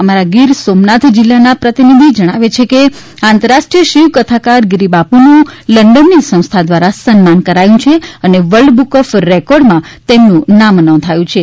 અમારા ગીર સોમનાથ જિલ્લાના પ્રતિનિધિ જણાવે છે કે આંતરરાષ્ટ્રીય શિવ કથાકાર ગિરિબાપુનું લંડનની સંસ્થા દ્વારા સન્માન કરાયું છે અને વર્લ્ડ બુક ઓફ રેકોર્ડમાં તેમનું નામ નોંધાયુ છે